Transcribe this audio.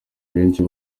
benshi